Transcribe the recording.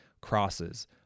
Crosses